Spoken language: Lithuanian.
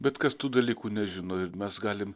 bet kas tų dalykų nežino ir mes galim